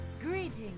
Greetings